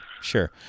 sure